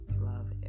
love